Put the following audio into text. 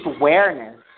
awareness